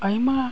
ᱟᱭᱢᱟ